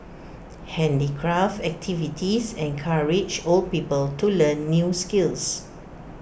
handicraft activities encourage old people to learn new skills